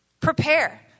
Prepare